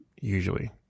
usually